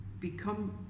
become